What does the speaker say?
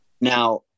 Now